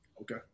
Okay